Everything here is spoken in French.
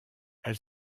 elle